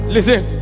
listen